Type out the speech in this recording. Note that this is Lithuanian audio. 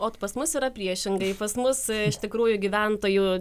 ot pas mus yra priešingai pas mus iš tikrųjų gyventojų